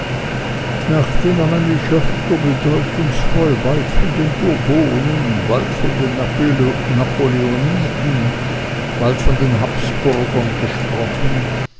nachdem er nämlich öfter bedeutungsvoll bald von den bourbonen bald von den napoleoniden bald von den habsburgern gesprochen